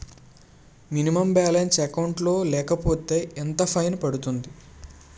Minimum balance account లో లేకపోతే ఎంత ఫైన్ పడుతుంది?